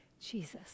Jesus